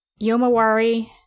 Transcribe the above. Yomawari